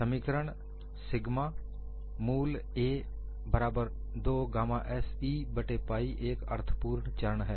समीकरण ' सिग्मा मूल a' बराबर 2 गामा s E बट्टे पाइ एक अर्थपूर्ण चरण है